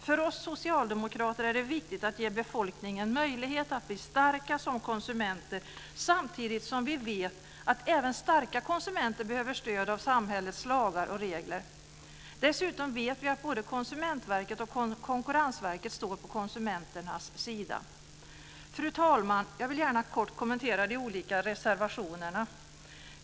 För oss socialdemokrater är det viktigt att ge befolkningen möjlighet att bli starka som konsumenter. Samtidigt vet vi att även starka konsumenter behöver stöd av samhällets lagar och regler. Dessutom vet vi att både Konsumentverket och Konkurrensverket står på konsumenternas sida. Fru talman! Jag vill gärna kort kommentera de olika reservationerna.